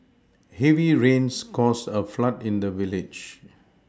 heavy rains caused a flood in the village